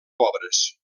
pobres